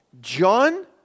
John